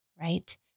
right